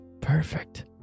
perfect